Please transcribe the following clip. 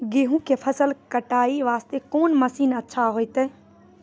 गेहूँ के फसल कटाई वास्ते कोंन मसीन अच्छा होइतै?